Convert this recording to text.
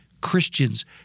Christians